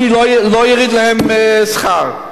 אני לא אוריד להם שכר,